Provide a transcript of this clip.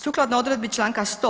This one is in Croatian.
Sukladno odredbi članka 100.